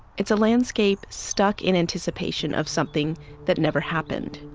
it's a landscape stuck in anticipation of something that never happened